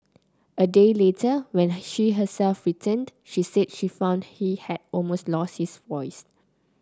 a day later when she herself returned she said she found he had almost lost his voice